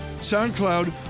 SoundCloud